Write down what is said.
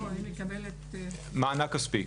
מענק כספי.